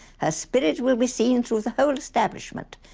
her spirit will be seen through the whole establishment,